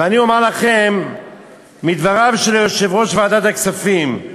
ואני אומר לכם מדבריו של יושב-ראש ועדת הכספים,